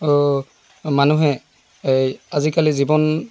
মানুহে এই আজিকালি জীৱন